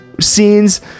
scenes